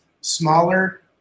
smaller